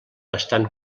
bastant